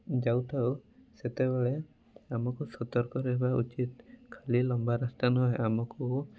ଯାଉଥାଉ ସେତେବେଳେ ଆମକୁ ସତର୍କ ରହିବା ଉଚିତ୍ ଖାଲି ଲମ୍ବା ରାସ୍ତା ନୁହେଁ ଆମକୁ